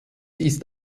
ist